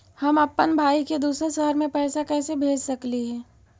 हम अप्पन भाई के दूसर शहर में पैसा कैसे भेज सकली हे?